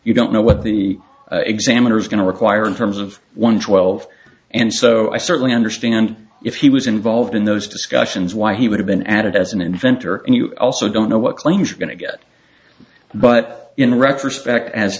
you don't know what the examiner is going to require in terms of one twelve and so i certainly understand if he was involved in those discussions why he would have been added as an inventor and you also don't know what claims are going to get but in retrospect as